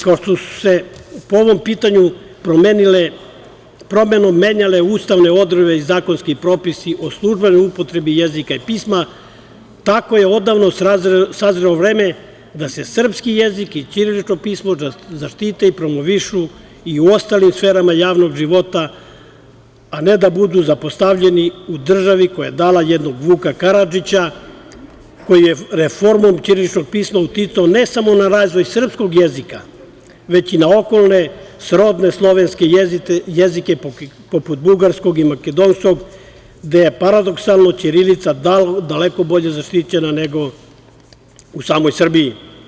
Kao što su se po ovom pitanju promenom menjale ustavne odredbe i zakonski popisi o službenoj upotrebi jezika i pisma, tako je odavno sazrelo vreme da se srpski jezik i ćirilično pismo zaštite i promovišu i u ostalim sferama javnog života, a ne da budu zapostavljeni u državi koja je dala jednog Vuka Karadžića koji je reformom ćiriličnog pisma uticao, ne samo na razvoj srpskog jezika, već i na okolne srodne slovenske jezike, poput bugarskog i makedonskog, gde je paradoksalno ćirilica daleko bolje zaštićena, nego u samoj Srbiji.